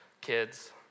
kids